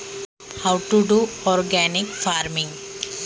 सेंद्रिय शेती कशी करावी?